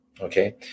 Okay